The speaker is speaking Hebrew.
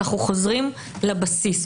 אנו חוזרים לבסיס.